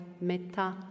metta